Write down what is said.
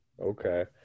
okay